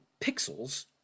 pixels